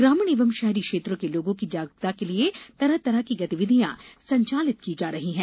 ग्रामीण एवं शहरी क्षेत्रो के लोगो की जागरूकता के लिए तरह तरह की गतिविधियाँ संचालित की जा रही है